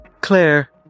Claire